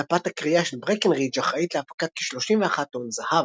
נפת הכרייה של ברקנרידג' אחראית להפקת כ-31 טון זהב.